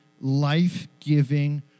life-giving